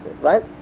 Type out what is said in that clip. right